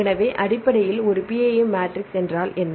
எனவே அடிப்படையில் ஒரு PAM மேட்ரிக்ஸ் என்றால் என்ன